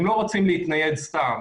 הם לא רוצים להתנייד סתם.